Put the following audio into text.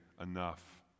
enough